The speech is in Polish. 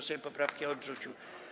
Sejm poprawki odrzucił.